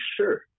sure